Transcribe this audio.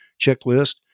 checklist